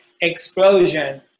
explosion